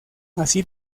así